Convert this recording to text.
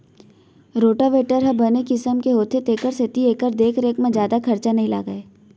rotavator ह बने किसम के होथे तेकर सेती एकर देख रेख म जादा खरचा नइ लागय